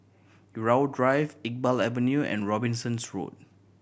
Irau Drive Iqbal Avenue and Robinson's Road